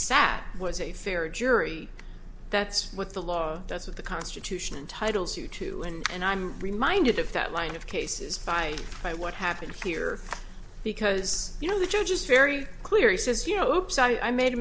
sat was a fair jury that's what the law that's what the constitution titles you too and i'm reminded of that line of cases by by what happened here because you know the judge is very clear he says you know sorry i made a